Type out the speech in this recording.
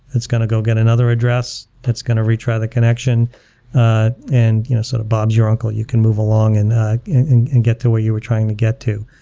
it's going to go get another address. that's going to retry the connection ah and you know sort of, bob's your uncle, you can move along and and get to where you were trying to get to.